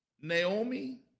Naomi